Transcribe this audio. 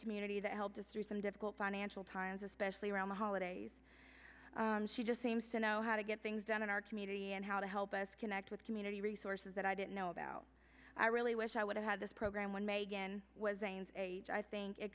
community that helped us through some difficult financial times especially around the holidays she just seems to know how to get things done in our community and how to help us connect with community resources that i didn't know about i really wish i would have had this program when megan was ames age i think it